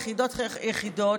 יחידות-יחידות,